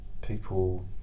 people